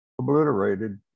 obliterated